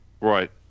Right